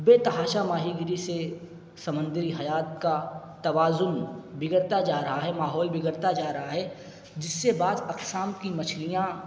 بے تحاشا ماہی گیری سے سمندری حیات کا توازن بگڑتا جا رہا ہے ماحول بگڑتا جا رہا ہے جس سے بعض اقسام کی مچھلیاں